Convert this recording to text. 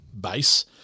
base